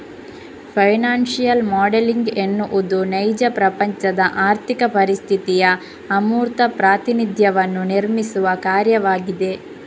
financial modelling ಎನ್ನುವುದು ನೈಜ ಪ್ರಪಂಚದ ಆರ್ಥಿಕ ಪರಿಸ್ಥಿತಿಯ ಅಮೂರ್ತ ಪ್ರಾತಿನಿಧ್ಯವನ್ನು ನಿರ್ಮಿಸುವ ಕಾರ್ಯವಾಗಿದೆ